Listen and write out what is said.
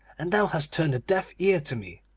and thou hast turned a deaf ear to me.